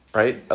right